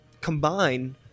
combine